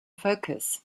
focus